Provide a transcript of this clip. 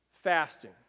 fasting